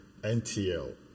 NTL